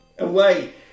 Away